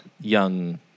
young